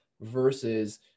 versus